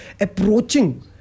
approaching